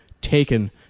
taken